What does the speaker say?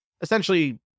essentially